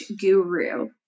guru